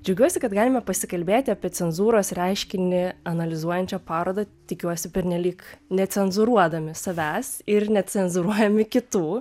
džiaugiuosi kad galime pasikalbėti apie cenzūros reiškinį analizuojančią parodą tikiuosi pernelyg necenzūruodami savęs ir necenzūruojami kitų